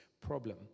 problem